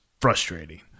frustrating